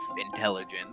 intelligence